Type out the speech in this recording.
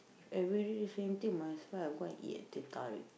everyday same thing might as well I go and eat a teh tarik